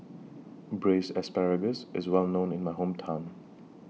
Braised Asparagus IS Well known in My Hometown